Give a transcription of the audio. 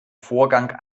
vorgang